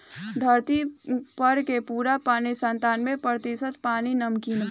धरती पर के पूरा पानी के सत्तानबे प्रतिशत पानी नमकीन बा